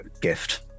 gift